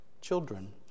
children